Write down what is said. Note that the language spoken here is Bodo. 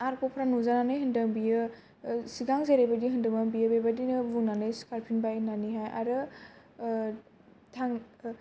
आरफ फोरा नुजानानै होनदों बियो सिगां जेरैबायदि होनदोंमोन बियो बेबादिनो बुंनानै सिखारफिनबाय होननानैहाय आरो